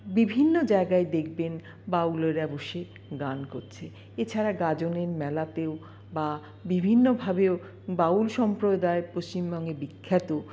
বিভিন্ন জায়গায় দেখবেন বাউলেরা বসে গান করছে এছাড়া গাজনের মেলাতেও বা বিভিন্নভাবেও বাউল সম্প্রদায় পশ্চিমবঙ্গে বিখ্যাত